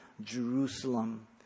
Jerusalem